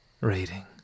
rating